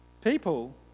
People